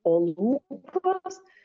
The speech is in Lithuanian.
o lūpos